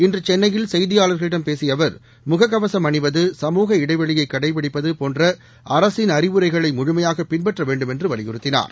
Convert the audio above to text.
இன்று சென்னையில் செய்தியாளர்களிடம் பேசிய அவர் முக கவசம் அணிவது சமூக இடைவெளியை கடைபிடிப்பது போன்ற அரசின் அறிவுரைகளை முழுமையாக பின்பற்ற வேண்டுமென்று வலியுறுத்தினார்